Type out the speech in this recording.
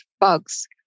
bugs